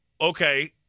okay